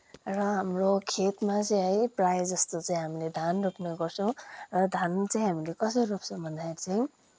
र हाम्रो खेतमा चाहिँ है प्रायः जस्तो चाहिँ हामीले धान रोप्ने गर्छौँ र धान चाहिँ हामीले कसरी रोप्छौँ भन्दाखेरि चाहिँ